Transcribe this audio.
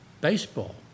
baseball